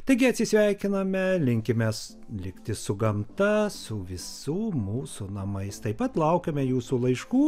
taigi atsisveikiname linkime likti su gamta su visų mūsų namais taip pat laukiame jūsų laiškų